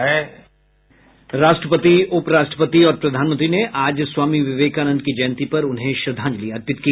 राष्ट्रपति उपराष्ट्रपति और प्रधानमंत्री ने आज स्वामी विवेकानंद की जयंती पर उन्हें श्रद्धांजलि अर्पित की